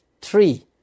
Three